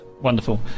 wonderful